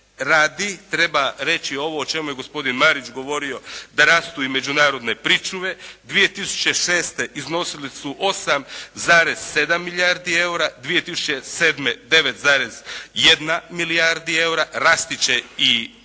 radi treba reći ovo o čemu je gospodin Marić govorio da rastu i međunarodne pričuve. 2006. iznosile su 8,7 milijardi eura, 2007. 9,1 milijardi eura, rast će i